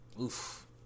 Oof